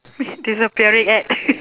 disappearing act